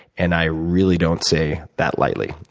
and i really don't say that lightly.